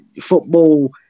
football –